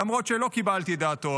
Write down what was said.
למרות שלא קיבלתי את דעתו,